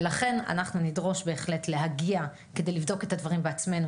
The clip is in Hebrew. ולכן אנחנו נדרוש בהחלט להגיע כדי לבדוק את הדברים בעצמנו,